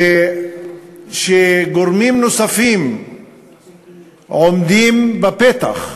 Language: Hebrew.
ושגורמים נוספים עומדים בפתח.